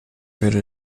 würde